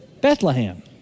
Bethlehem